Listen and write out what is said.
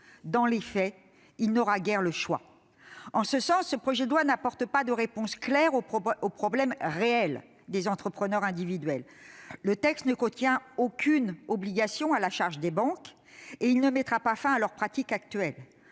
Dans les faits, il n'aura guère le choix. En ce sens, ce projet de loi n'apporte pas de réponse claire aux problèmes réels des entrepreneurs individuels. Le texte ne contient aucune obligation à la charge des banques et ne mettra pas fin à leurs pratiques actuelles.